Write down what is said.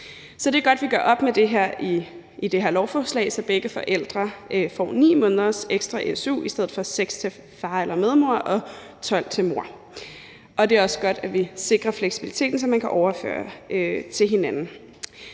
Så det er godt, at vi gør op med det med det her lovforslag, så begge forældre får 9 måneders ekstra su i stedet for 6 måneder til far eller medmor og 12 måneder til mor. Og det er også godt, at vi sikrer fleksibiliteten, så man kan overføre til hinanden.